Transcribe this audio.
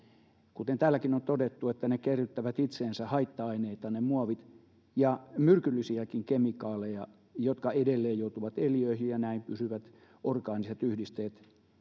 kuten täälläkin on todettu että muovit kerryttävät itseensä haitta aineita ja myrkyllisiäkin kemikaaleja jotka edelleen joutuvat eliöihin ja näin pysyvät orgaaniset yhdisteet